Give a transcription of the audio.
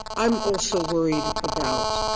i'm also worried about